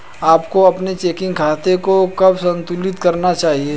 आपको अपने चेकिंग खाते को कब संतुलित करना चाहिए?